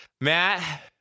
Matt